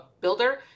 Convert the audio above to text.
builder